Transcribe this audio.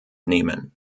nehmen